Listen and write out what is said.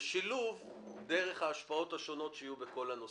בשילוב דרך ההשפעות השונות שיהיו בכל הנושאים.